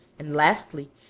and, lastly,